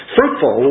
Fruitful